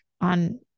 on